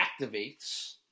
activates